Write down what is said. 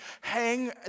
hang